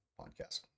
podcast